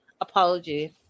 apology